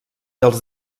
els